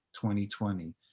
2020